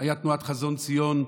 הייתה תנועת "חזון ציון",